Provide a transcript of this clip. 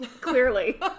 Clearly